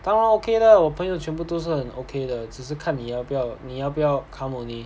当然 okay lah 我朋友全部都是很 okay 的只是看你要不要你要不要 come only